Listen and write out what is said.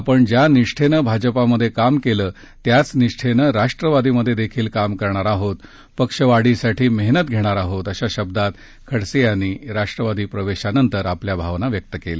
आपण ज्या निष्ठेनं भाजपात काम केलं त्याच निष्ठेनं राष्ट्रवादीतही काम करणार पक्ष वाढीसाठी मेहनत घेणार अशा शब्दात खडसे यांनी राष्ट्रवादी प्रवेशानंतर आपल्या भावना व्यक्त केल्या